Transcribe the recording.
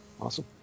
awesome